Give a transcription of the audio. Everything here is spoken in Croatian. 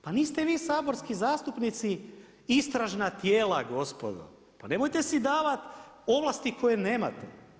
Pa niste vi saborski zastupnici istražna tijela gospodo, pa nemojte si davati ovlasti koje nemate.